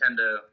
Nintendo